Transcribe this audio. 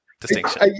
distinction